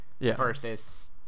versus